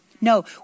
no